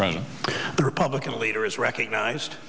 friend the republican leader is recognized